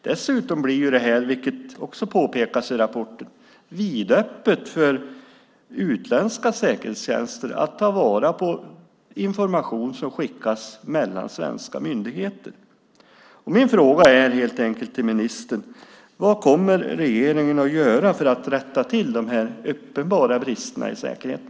Dessutom blir det här, vilket också påpekas i rapporten, vidöppet för utländska säkerhetstjänster som kan ta vara på information som skickas mellan svenska myndigheter. Min fråga till ministern är helt enkelt: Vad kommer regeringen att göra för att rätta till de här uppenbara bristerna i säkerheten?